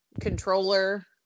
controller